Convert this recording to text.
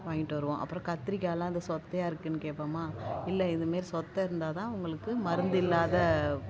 வாங்கிட்டு வருவோம் அப்பறம் கத்திரிக்காய்லாம் இந்த சொத்தையாக இருக்குதுனு கேட்போமா இல்லை இது மாரி சொத்தை இருந்தால் தான் உங்களுக்கு மருந்து இல்லாம